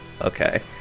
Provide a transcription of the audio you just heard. Okay